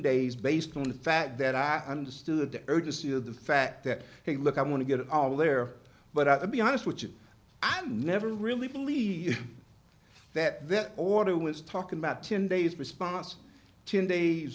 days based on the fact that i understood the urgency of the fact that hey look i want to get it all there but i'll be honest with you i've never really believed that that order was talking about ten days response ten days